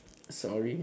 sorry